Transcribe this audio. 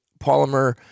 polymer